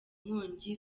nkongi